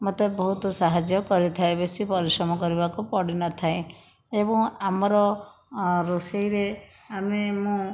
ମୋତେ ବହୁତ ସାହାଯ୍ୟ କରିଥାଏ ବେଶି ପରିଶ୍ରମ କରିବାକୁ ପଡ଼ିନଥାଏ ଏବଂ ଆମର ରୋଷେଇରେ ଆମେ ମୁଁ